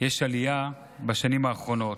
יש עלייה בשנים האחרונות.